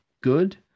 good